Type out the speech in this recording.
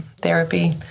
therapy